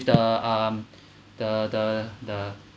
the um the the the